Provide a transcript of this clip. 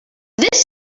this